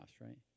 right